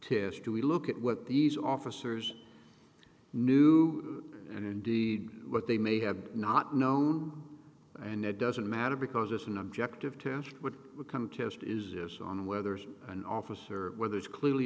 test do we look at what these officers new and indeed what they may have not known and it doesn't matter because it's an objective test would come test is on whether an officer whether it's clearly